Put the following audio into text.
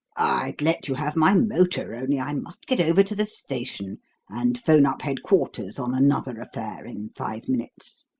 i'd let you have my motor, only i must get over to the station and phone up headquarters on another affair in five minutes.